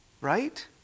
Right